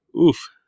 Oof